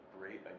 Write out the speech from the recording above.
great